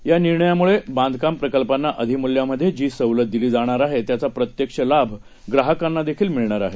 यानिर्णयामुळेबांधकामप्रकल्पांनाअधिमूल्यामध्येजीसवलतदिलीजाणारआहेत्याचाप्रत्यक्षलाभग्राहकांनाहीमिळणारआहे